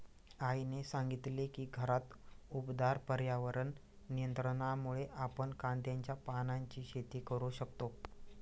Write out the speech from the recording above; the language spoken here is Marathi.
आईने सांगितले की घरात उबदार पर्यावरण नियंत्रणामुळे आपण कांद्याच्या पानांची शेती करू शकतो